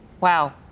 Wow